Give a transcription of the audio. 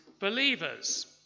believers